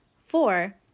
Four